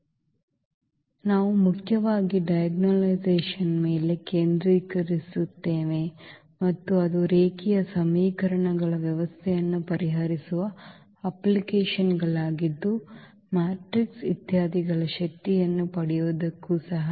ಇದು ಉಪನ್ಯಾಸ ಸಂಖ್ಯೆ 50 ಮತ್ತು ನಾವು ಮುಖ್ಯವಾಗಿ ಡೈಗೊನಲೈಸೇಶನ್ ಮೇಲೆ ಕೇಂದ್ರೀಕರಿಸುತ್ತೇವೆ ಮತ್ತು ಇದು ರೇಖೀಯ ಸಮೀಕರಣಗಳ ವ್ಯವಸ್ಥೆಯನ್ನು ಪರಿಹರಿಸುವ ಅಪ್ಲಿಕೇಶನ್ಗಳಾಗಿದ್ದು ಮೆಟ್ರಿಕ್ಸ್ ಇತ್ಯಾದಿಗಳ ಶಕ್ತಿಯನ್ನು ಪಡೆಯುವುದಕ್ಕೂ ಸಹ